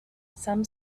some